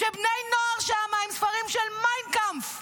כשבני נוער שם עם ספרים של מיין קאמפף